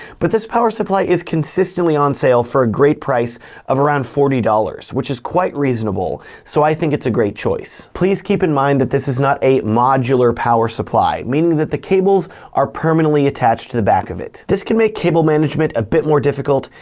but this power supply is consistently on sale for a great price of around forty dollars, which is quite reasonable, so i think it's a great choice. please keep in mind that this is not a modular power supply, meaning that the cables are permanently attached to the back of it. this can make cable management a bit more difficult,